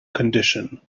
condition